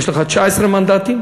יש לך 19 מנדטים,